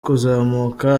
kuzamuka